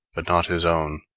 but not his own.